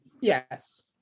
Yes